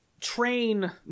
train